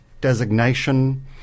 designation